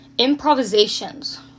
Improvisations